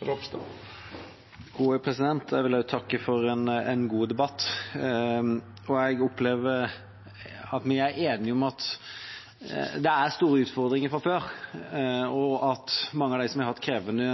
Jeg vil også takke for en god debatt. Jeg opplever at vi er enige om at det er store utfordringer fra før, og at mange av dem som har hatt en krevende